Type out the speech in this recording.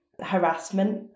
harassment